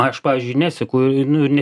aš pavyzdžiui neseku ir nu ir ne